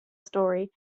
story